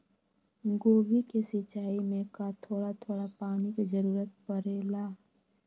गोभी के सिचाई में का थोड़ा थोड़ा पानी के जरूरत परे ला?